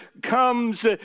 comes